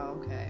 Okay